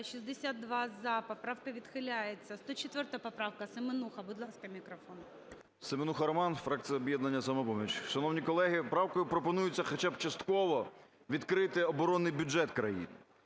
За-62 Поправка відхиляється. 104 поправка, Семенуха. Будь ласка, мікрофон. 16:57:42 СЕМЕНУХА Р.С. Семенуха Роман, фракція "Об'єднання "Самопоміч". Шановні колеги, правкою пропонується хоча б частково відкрити оборонний бюджет країни.